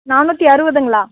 நானூற்றி அறுபதுங்களா